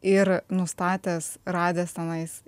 ir nustatęs radęs tenais